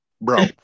bro